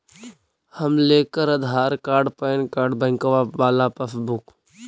हम लेकर Aadhaar card pan card बैंकवा वाला पासबुक?